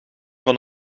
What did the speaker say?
van